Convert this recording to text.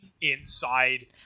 inside